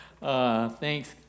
Thanks